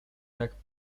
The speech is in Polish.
jak